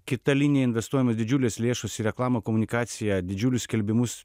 kita linija investuojamos didžiulės lėšos į reklamą komunikaciją didžiulius skelbimus